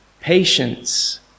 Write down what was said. patience